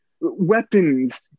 weapons